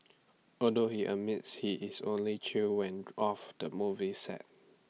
although he admits he is only chill when off the movie set